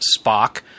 Spock